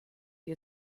wie